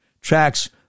tracks